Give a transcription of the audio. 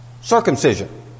Circumcision